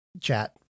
chat